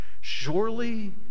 Surely